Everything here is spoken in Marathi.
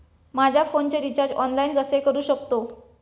माझ्या फोनचे रिचार्ज ऑनलाइन कसे करू शकतो?